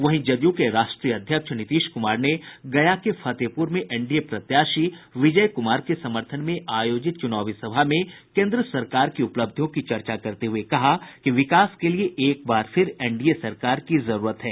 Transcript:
वहीं जदयू के राष्ट्रीय अध्यक्ष नीतीश कुमार ने गया के फतेहपुर में एनडीए प्रत्याशी विजय कुमार के समर्थन में आयोजित चुनावी सभा में केन्द्र सरकार की उपलब्धियों की चर्चा करते हुये कहा कि विकास के लिए एक बार फिर एनडीए सरकार की जरूरत है